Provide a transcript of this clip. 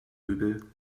übel